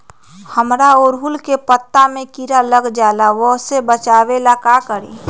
हमरा ओरहुल के पत्ता में किरा लग जाला वो से बचाबे ला का करी?